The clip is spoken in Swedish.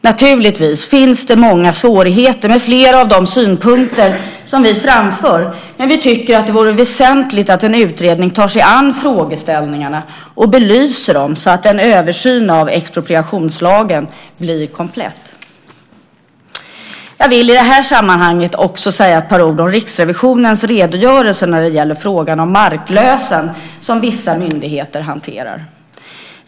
Naturligtvis finns det många svårigheter med flera av de synpunkter som vi framför, men vi tycker att det vore väsentligt att en utredning tar sig an frågeställningarna och belyser dem så att en översyn av expropriationslagen blir komplett. Jag vill i det här sammanhanget också säga ett par ord om Riksrevisionens redogörelse när det gäller frågan om marklösen, som vissa myndigheter hanterar.